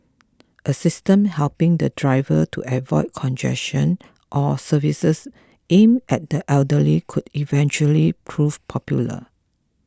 a system helping the driver to avoid congestion or services aimed at the elderly could eventually prove popular